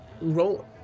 roll